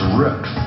ripped